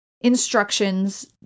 instructions